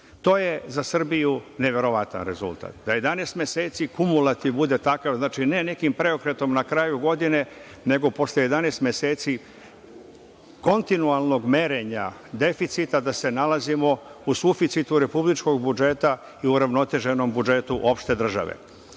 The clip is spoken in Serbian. To je za Srbiju neverovatan rezultat, da 11 meseci kumulativ bude takav, znači, ne nekim preokretom na kraju godine, nego posle 11 meseci kontinualnog merenja deficita da se nalazimo u suficitu republičkog budžeta i uravnoteženom budžetu opšte države.